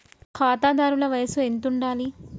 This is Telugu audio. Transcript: ఖాతాదారుల వయసు ఎంతుండాలి?